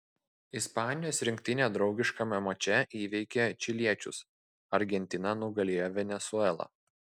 ispanijos rinktinė draugiškame mače įveikė čiliečius argentina nugalėjo venesuelą